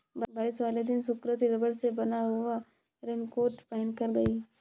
बारिश वाले दिन सुकृति रबड़ से बना हुआ रेनकोट पहनकर गई